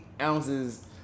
ounces